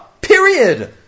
Period